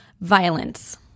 violence